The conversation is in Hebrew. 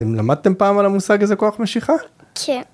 אם למדתם פעם על המושג הזה כוח משיכה? - כן.